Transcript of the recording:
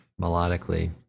melodically